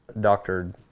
doctored